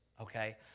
okay